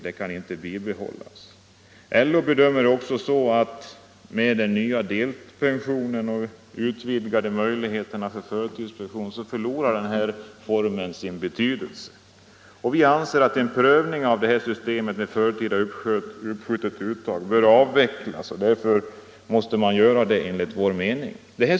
Det kan inte bibehållas. LO bedömer det också så, att med den nya delpensionen och de utvidgade möjligheterna till förtidspension förlorar den nuvarande formen sin betydelse. En prövning av hur systemet med förtida och uppskjutet uttag kan avvecklas bör därför enligt vår mening göras.